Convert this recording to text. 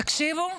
תקשיבו,